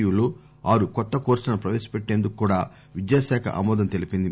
you లో ఆరు కొత్త కోర్పులను ప్రవేశపెట్టేందుకు కూడా విద్యాశాఖ ఆమోదం తెలిపింది